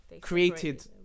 created